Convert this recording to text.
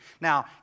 Now